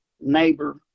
neighbor